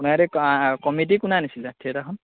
আপোনাৰ এতিয়া কমিটি কোনে আনিছিলে থিয়েটাখন